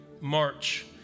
March